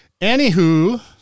anywho